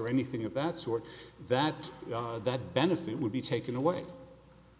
or anything of that sort that that benefit would be taken away